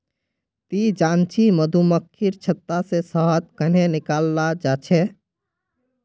ती जानछि मधुमक्खीर छत्ता से शहद कंन्हे निकालाल जाच्छे हैय